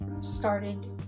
started